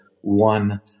one